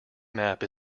map